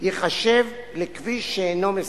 ייחשב לכביש שאינו מסוכן.